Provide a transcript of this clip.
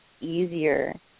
easier